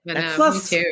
Plus